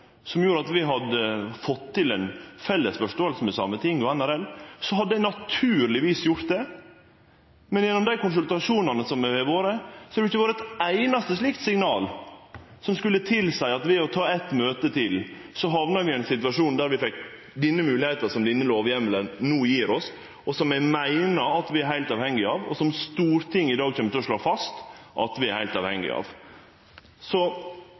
som gjorde at vi hadde fått til ei felles forståing med Sametinget og NRL, så hadde eg naturlegvis gjort det. Men gjennom dei konsultasjonane som har vore, har det ikkje kome eit einaste slikt signal som skulle tilseie at ved å ta eit møte til så hamna vi i ein situasjon der vi fekk denne moglegheita som denne lovheimelen no gjev oss, og som vi meiner at vi er heilt avhengige av, og som Stortinget i dag kjem til å slå fast at vi er heilt avhengige av.